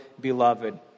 beloved